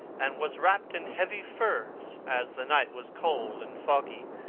and was wrapped in heavy furs, as the night was cold and foggy.